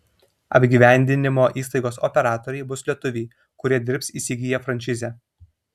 apgyvendinimo įstaigos operatoriai bus lietuviai kurie dirbs įsigiję frančizę